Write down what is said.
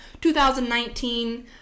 2019